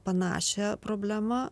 panašią problemą